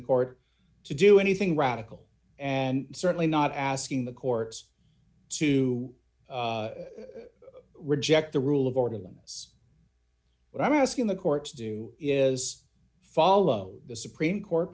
the court to do anything radical and certainly not asking the courts to reject the rule of ordinance but i'm asking the court to do is follow the supreme court